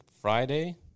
Friday